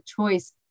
choice